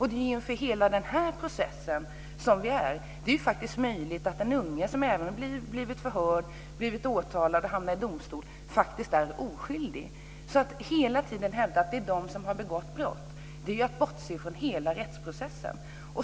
Det handlar om hela den här processen. Det är möjligt att den unge som blivit förhörd, åtalad och hamnat i domstol faktiskt är oskyldig. Att hela tiden hävda att de har begått brott är att bortse från hela rättsprocessen.